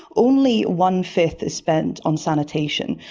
only one-fifth is spent on sanitation.